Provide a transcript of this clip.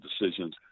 decisions